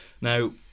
Now